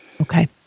Okay